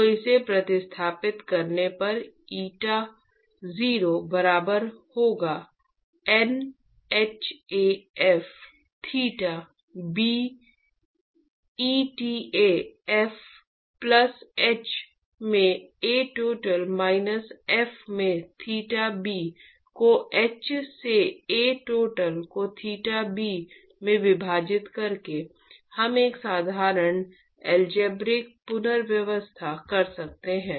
तो इसे प्रतिस्थापित करने पर eta0 बराबर होगा NhAf थीटा b eta f plus h में A टोटल माइनस f में थीटा b को h से A टोटल को थीटा b में विभाजित करके हम एक साधारण अलजबरीक पुनर्व्यवस्था कर सकते हैं